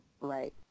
right